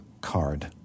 card